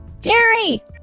Jerry